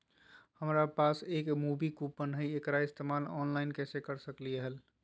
हमरा पास एक मूवी कूपन हई, एकरा इस्तेमाल ऑनलाइन कैसे कर सकली हई?